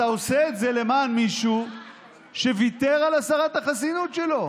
אתה עושה את זה למען מישהו שוויתר על הסרת החסינות שלו.